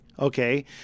Okay